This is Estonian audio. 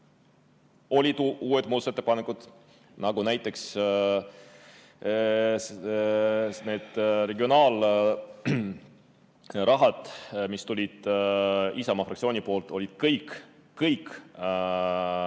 olid uued muudatusettepanekud, nagu näiteks regionaalrahad, mis tulid Isamaa fraktsiooni poolt – kõik olid